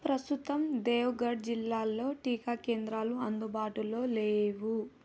ప్రస్తుతం దేవగఢ్ జిల్లాలో టీకా కేంద్రాలు అందుబాటులో లేవు